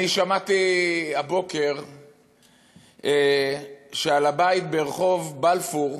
אני שמעתי הבוקר שעל הבית ברחוב בלפור,